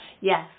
yes